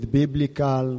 biblical